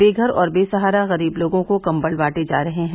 बेघर और बेसहारा गरीब लोगों को कम्बल बांटे जा रहे हैं